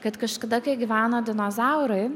kad kažkada kai gyveno dinozaurai